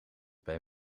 bij